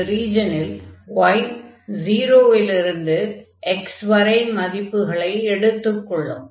இந்த ரீஜனில் y 0 லிருந்து x வரை மதிப்புகளை எடுத்துக் கொள்ளும்